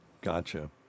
Gotcha